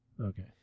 Okay